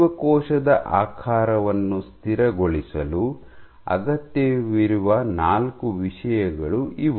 ಜೀವಕೋಶದ ಆಕಾರವನ್ನು ಸ್ಥಿರಗೊಳಿಸಲು ಅಗತ್ಯವಿರುವ ನಾಲ್ಕು ವಿಷಯಗಳು ಇವು